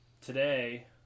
Today